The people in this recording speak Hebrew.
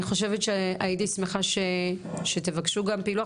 אני חושבת שהייתי שמחה שתבקשו גם פילוח